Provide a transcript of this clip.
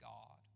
God